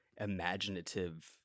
imaginative